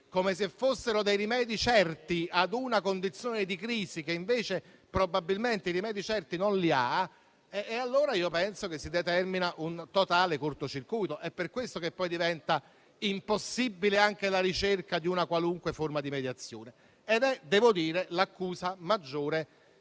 come se fossero dei rimedi certi ad una condizione di crisi che, invece, probabilmente rimedi certi non ne ha, allora penso che si determina un totale cortocircuito. È per questo che poi diventa impossibile anche la ricerca di qualunque forma di mediazione. Questa è l'accusa maggiore